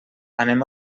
anem